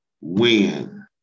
win